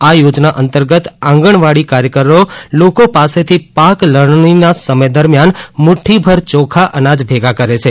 આ યોજના અંતર્ગત આંગણવાડી કાર્યકરો લોકો પાસેથી પાક લણણીના સમય દરમ્યાન મુઠ્ઠીભર ચોખા અનાજ ભેગા કરે છે